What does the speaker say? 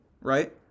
right